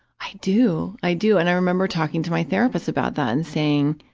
i do, i do. and i remember talking to my therapist about that and saying,